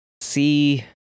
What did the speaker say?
See